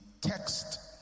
text